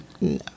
No